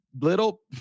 little